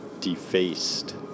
defaced